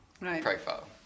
profile